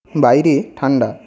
বাইরে ঠাণ্ডা